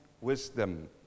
wisdom